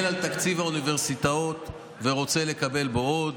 מסתכל על תקציב האוניברסיטאות ורוצה לקבל בו עוד,